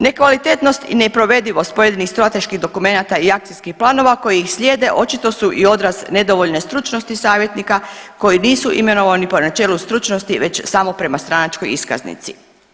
Nekvalitetnost i neprovedivost pojedinih strateških dokumenata i akcijskih planova koje ih slijede očito su i odraz nedovoljne stručnosti savjetnika koji nisu imenovani po načelu stručnosti već samo prema stranačkoj iskaznici.